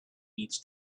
needs